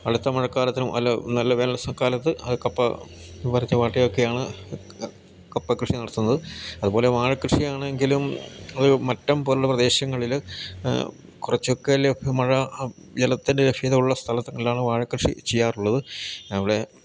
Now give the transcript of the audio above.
അടുത്ത മഴക്കാലത്തിനും അല്ല നല്ല വേനൽക്കാലത്ത് അത് കപ്പ വരച്ച വാട്ടയൊക്കെയാണ് കപ്പക്കൃഷി നടത്തുന്നത് അതുപോലെ വാഴക്കൃഷിയാണെങ്കിലും അത് മറ്റം പോലുള്ള പ്രദേശങ്ങളിൽ കുറച്ചൊക്കെ ലഘു മഴ ജലത്തിൻ്റെ ലഭ്യതയുള്ള സ്ഥലങ്ങളിലാണ് വാഴക്കൃഷി ചെയ്യാറുള്ളത് അവിടെ